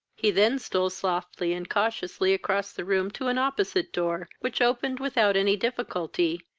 he then stole softly and cautiously across the room to an opposite door, which opened without any difficulty,